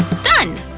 done!